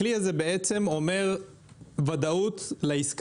הכלי הזה אומר ודאות לעסקה.